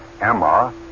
Emma